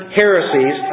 heresies